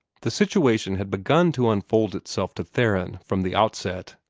the situation had begun to unfold itself to theron from the outset.